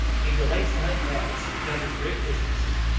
he delights to hunt rabbits and he covers great distances,